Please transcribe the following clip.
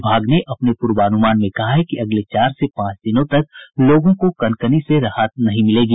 विभाग ने अपने प्रर्वानुमान में कहा है कि अगले चार से पांच दिनों तक लोगों को कनकनी से राहत नहीं मिलेगी